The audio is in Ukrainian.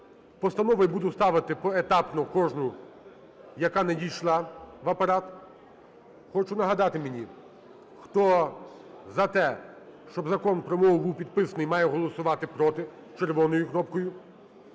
Постанови я буду ставити поетапно кожну, яка надійшла в Апарат. Хочу нагадати мені, хто за те, щоб Закон про мову був підписаний, має голосувати проти (червоною кнопкою),